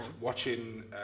watching